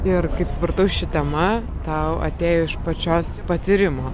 ir kaip supratau ši tema tau atėjo iš pačios patyrimo